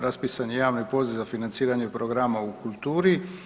Raspisan je javni poziv za financiranje programa u kulturi.